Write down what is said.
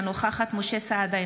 אינה נוכחת משה סעדה,